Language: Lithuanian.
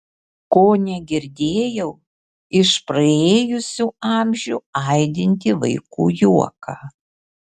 kone girdėjau iš praėjusių amžių aidintį vaikų juoką